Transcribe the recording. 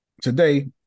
Today